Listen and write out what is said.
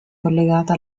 collegata